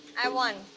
i won.